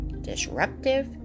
disruptive